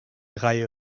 reihe